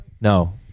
No